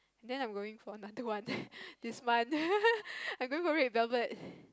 then I'm going for another one this month I'm going for red velvet